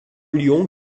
lyon